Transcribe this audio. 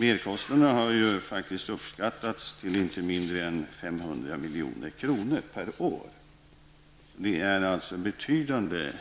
Merkostnaderna har uppskattats till inte mindre än 500 milj.kr. per år. Det är betydande